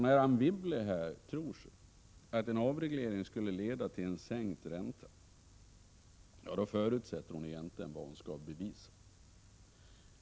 När Anne Wibble tror att avreglering skulle leda till en sänkt ränta, då förutsätter hon egentligen vad hon skall bevisa.